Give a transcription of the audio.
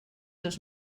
dos